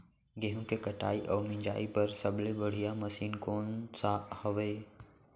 गेहूँ के कटाई अऊ मिंजाई बर सबले बढ़िया मशीन कोन सा हवये?